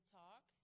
talk